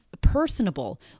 personable